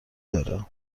داره